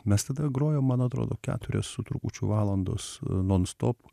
mes tada grojom man atrodo keturias su trupučiu valandos non stop